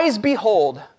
behold